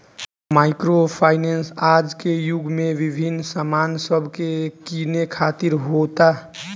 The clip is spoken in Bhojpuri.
माइक्रो फाइनेंस आज के युग में विभिन्न सामान सब के किने खातिर होता